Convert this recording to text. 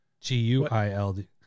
G-U-I-L-D